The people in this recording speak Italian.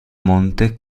monte